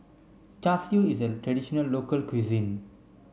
Char Siu is a traditional local cuisine